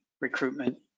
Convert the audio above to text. recruitment